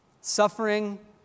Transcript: Suffering